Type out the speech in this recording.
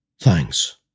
Thanks